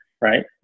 right